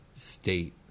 state